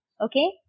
okay